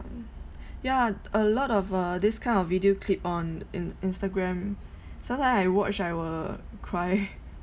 yeah a lot of uh this kind of video clip on in instagram sometime I watch I will cry